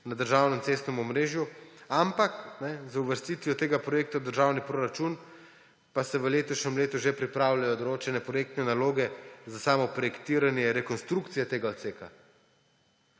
na državnem cestnem omrežju, ampak z uvrstitvijo tega projekta v državni proračun pa se v letošnjem letu že pripravljajo določene projektne naloge za samo projektiranje rekonstrukcije tega odseka.